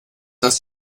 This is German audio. das